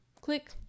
click